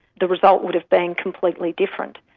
the result would have been completely different.